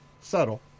Subtle